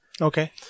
Okay